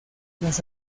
las